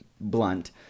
blunt